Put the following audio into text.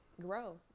grow